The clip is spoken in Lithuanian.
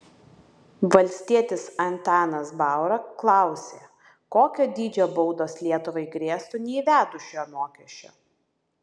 valstietis antanas baura klausė kokio dydžio baudos lietuvai grėstų neįvedus šio mokesčio